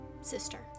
sister